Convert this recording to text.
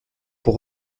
pour